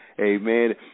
Amen